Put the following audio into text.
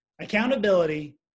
accountability